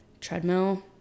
treadmill